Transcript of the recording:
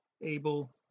able